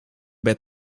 bed